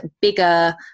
bigger